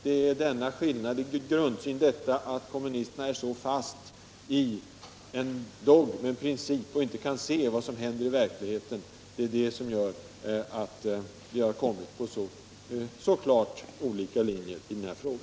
Det är denna skillnad i grundsyn, det är detta att kommunisterna är så fast 87 i en princip att de inte kan se vad som händer i verkligheten, som gör att vi har kommit på så olika linjer i denna fråga.